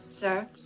Sir